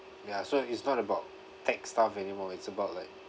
ya so it's not about tech stuff anymore it's about like